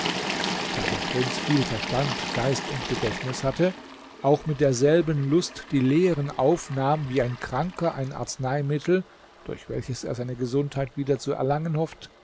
da der prinz viel verstand geist und gedächtnis hatte auch mit derselben lust die lehren aufnahm wie ein kranker ein arzneimittel durch welches er seine gesundheit wieder zu erlangen hofft